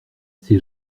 ces